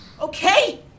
Okay